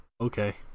Okay